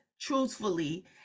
truthfully